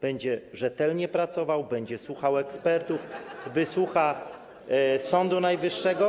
Będzie rzetelnie pracował, będzie słuchał ekspertów, [[Wesołość na sali]] wysłucha Sądu Najwyższego.